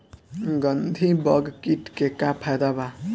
गंधी बग कीट के का फायदा बा?